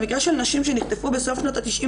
במקרה של נשים שנחטפו בסוף שנות ה-90,